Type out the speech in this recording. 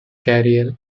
career